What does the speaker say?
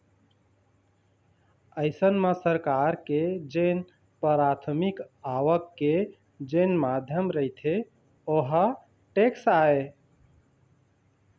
अइसन म सरकार के जेन पराथमिक आवक के जेन माध्यम रहिथे ओहा टेक्स आय